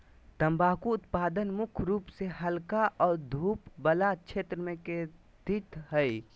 तम्बाकू उत्पादन मुख्य रूप से हल्का और धूप वला क्षेत्र में केंद्रित हइ